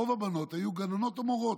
רוב הבנות היו גננות או מורות,